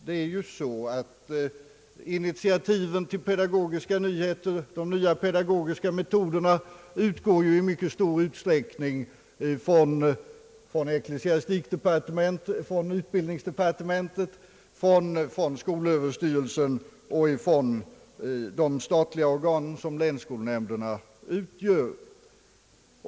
De nya pedagogiska metoderna utgår ju i mycket stor omfattning från utbildningsdepartementet, från skolöverstyrelsen och från de statliga organ som länsskolnämnderna utgör.